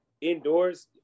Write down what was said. indoors